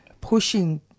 pushing